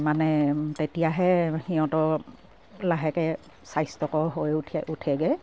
মানে তেতিয়াহে সিহঁতৰ লাহেকে স্বাস্থ্যকৰ হৈ উঠেগে